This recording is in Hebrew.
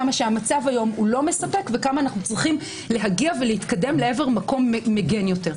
כמה המצב כיום אינו מספק וכמה אנו צריכים להגיע ולהתקדם למקום מגן יותר.